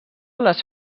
les